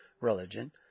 religion